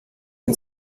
and